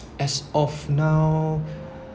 as of now